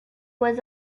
was